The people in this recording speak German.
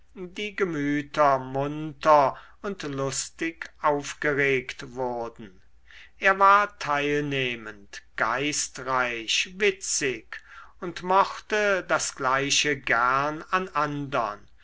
die gemüter munter und lustig aufgeregt wurden er war teilnehmend geistreich witzig und mochte das gleiche gern an andern